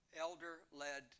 Elder-Led